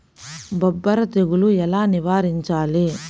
బొబ్బర తెగులు ఎలా నివారించాలి?